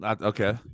Okay